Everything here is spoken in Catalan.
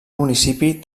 municipi